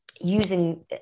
using